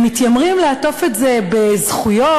מתיימרים לעטוף את זה בזכויות,